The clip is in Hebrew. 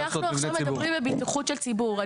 אנחנו עכשיו מדברים על בטיחות של ציבור.